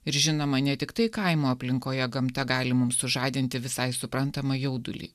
ir žinoma netiktai kaimo aplinkoje gamta gali sužadinti visai suprantamą jaudulį